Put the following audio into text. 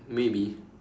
maybe